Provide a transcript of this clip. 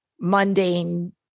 mundane